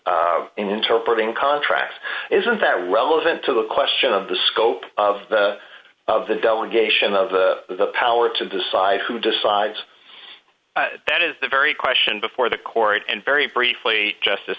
interpreting contracts isn't that relevant to the question of the scope of the of the delegation of the power to decide who decides that is the very question before the court and very briefly justice